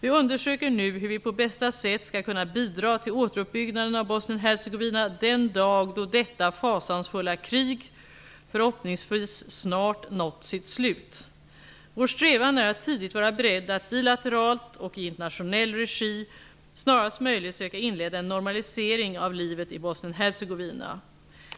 Vi undersöker nu hur vi på bästa sätt skall kunna bidra till återuppbyggnaden av Bosnien Hercegovina den dag då detta fasansfulla krig -- förhoppningsvis snart -- nått sitt slut. Vår strävan är att tidigt vara beredda att bilateralt och i internationell regi snarast möjligt söka inleda en normalisering av livet i Bosnien-Hercegovina.